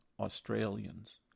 Australians